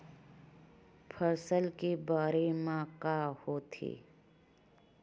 फसल से बाढ़े म का होथे?